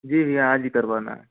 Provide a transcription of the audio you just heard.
जी जी आज ही करवाना है